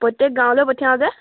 প্ৰত্যেক গাঁৱলৈ পঠিয়াওঁ যে